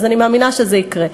אז אני מאמינה שזה יקרה.